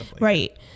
right